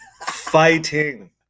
Fighting